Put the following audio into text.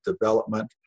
development